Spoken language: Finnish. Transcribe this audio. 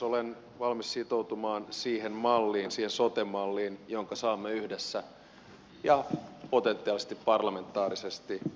olen valmis sitoutumaan siihen sote malliin jonka saamme yhdessä ja potentiaalisesti parlamentaarisesti aikaiseksi